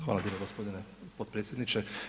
Hvala lijepo gospodine potpredsjedniče.